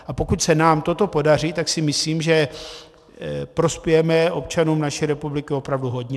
A pokud se nám toto podaří, tak si myslím, že prospějeme občanům naší republiky opravdu hodně.